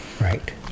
right